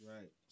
Right